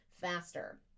faster